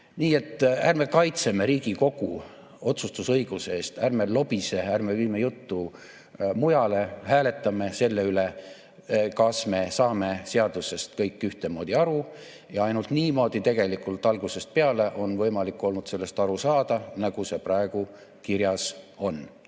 et ärme kaitseme Riigikogu otsustusõiguse eest. Ärme lobiseme, ärme viime juttu mujale. Hääletame selle üle, kas me saame seadusest kõik ühtemoodi aru. Ja ainult niimoodi tegelikult on algusest peale võimalik olnud sellest aru saada, nagu see praegu kirjas on.